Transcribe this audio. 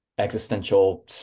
existential